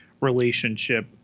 relationship